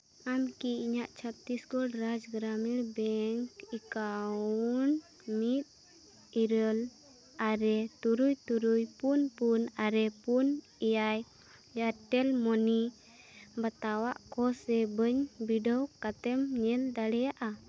ᱟᱢ ᱠᱤ ᱤᱧᱟᱹᱜ Chhattisgarh Raj Gramin bank account ᱢᱤᱫ ᱤᱨᱟᱹᱞ ᱟᱨᱮ ᱛᱩᱨᱩᱭ ᱛᱩᱨᱩᱭ ᱯᱩᱱ ᱯᱩᱱ ᱟᱨᱮ ᱯᱩᱱ ᱮᱭᱟᱭ ᱮᱭᱟᱨᱴᱮᱞ ᱢᱚᱱᱤ ᱵᱟᱛᱟᱣᱟᱜ ᱠᱚ ᱥᱮ ᱵᱟᱹᱧ ᱵᱤᱰᱟᱹᱣ ᱠᱟᱛᱮᱢ ᱧᱮᱞ ᱫᱟᱲᱮᱭᱟᱜᱼᱟ